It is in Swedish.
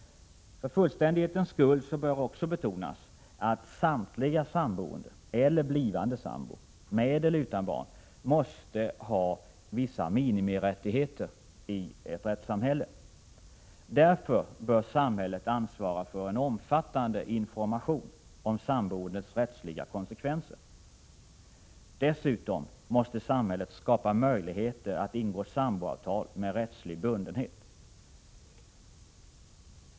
För fullständighetens skull bör också betonas att samtliga samboende eller blivande samboende — med eller utan barn — måste ha vissa minimirättigheter i ett rättssamhälle. Därför bör samhället ansvara för en omfattande information om samboendets rättsliga konsekvenser. Dessutom måste samhället skapa möjligheter att ingå samboavtal med rättslig bundenhet.